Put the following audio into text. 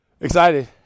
Excited